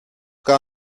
gar